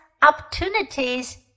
opportunities